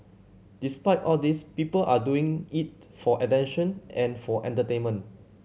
despite all these people are doing it for attention and for entertainment